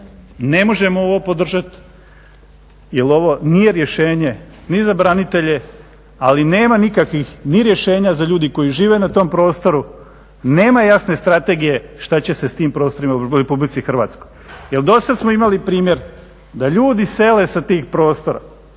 ne možemo ovo podržat jer ovo nije rješenje ni za branitelje, ali nema nikakvih ni rješenja za ljude koji žive na tom prostoru, nema jasne strategije šta će se s tim prostorima u Republici Hrvatskoj jer dosad smo imali primjer da ljudi sele sa tih prostora.